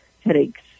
headaches